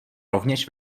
rovněž